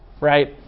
right